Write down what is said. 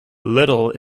little